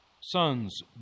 Sons